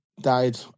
died